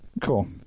cool